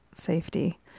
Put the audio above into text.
safety